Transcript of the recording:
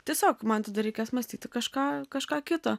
tiesiog man tada reikės mąstyti kažką kažką kito